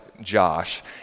Josh